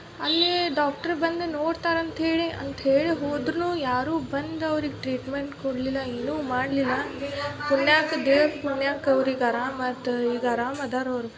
ಅಲ್ಲಿ ಡಾಕ್ಟ್ರ್ ಬಂದು ನೋಡ್ತಾರೆ ಅಂತ್ಹೇಳಿ ಅಂತ ಹೇಳಿ ಹೋದ್ರೂ ಯಾರು ಬಂದು ಅವ್ರಿಗೆ ಟ್ರೀಟ್ಮೆಂಟ್ ಕೊಡಲಿಲ್ಲ ಏನೂ ಮದ್ಲಲ್ಲ ಪುಣ್ಯಕ್ಕ ದೇವ್ರ ಪುಣ್ಯಕ್ಕ ಅವ್ರಿಗೆ ಆರಾಮ್ ಆತು ಈಗ ಆರಾಮ್ ಅದಾರ ಅವ್ರು